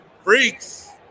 Freaks